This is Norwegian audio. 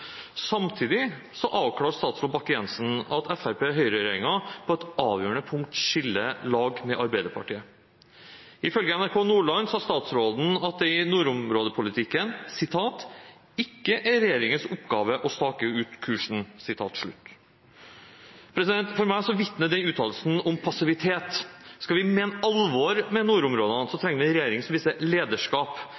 Samtidig avklarte statsråd Bakke-Jensen at Høyre–Fremskrittsparti-regjeringen på et avgjørende punkt skiller lag med Arbeiderpartiet. Ifølge NRK Nordland sa statsråden at det i nordområdepolitikken ikke er regjeringens oppgave å stake ut kursen. For meg vitner den uttalelsen om passivitet. Skal vi mene alvor med nordområdene,